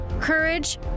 courage